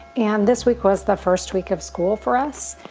and this week was the first week of school for us.